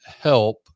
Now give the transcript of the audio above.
help